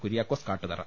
Kuriakose Kattuthara